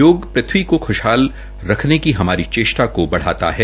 योग पृथ्वी को खृश्हाल रखने की हमारी चेष्टा को बढ़ाता है